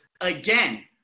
again